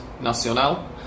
Nacional